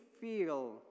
feel